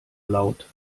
laut